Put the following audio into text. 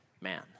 man